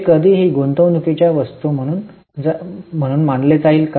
हे कधीही गुंतवणूकीच्या वस्तू म्हणून जाईल का